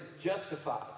justified